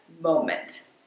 moment